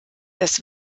das